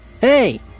Hey